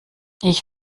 ich